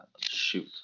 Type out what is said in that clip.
shoot